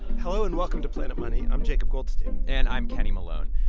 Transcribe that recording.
hello, and welcome to planet money. i'm jacob goldstein and i'm kenny malone.